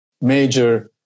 major